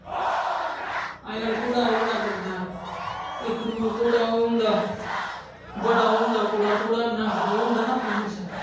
अजकल गोडा ओह् बडा करदा इक दुऐ घोडे ओह् होंदा बडा ओह् होंदा घोडा इान ओह् होंदा ना फैमंस